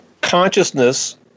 consciousness